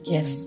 Yes